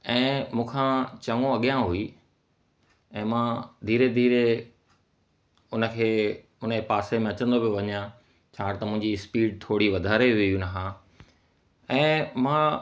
ऐं मूं खां चङो अॻियां हुई ऐं मां धीरे धीरे उन खे उन जे पासे में अचंदो पियो वञां छाकाणि त मुंहिंजी स्पीड थोरे वधारे हुई उन खां ऐं मां